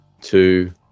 two